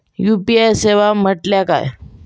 UPI सेवा म्हटल्या काय?